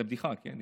זה בדיחה, כן?